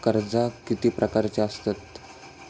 कर्जा किती प्रकारची आसतत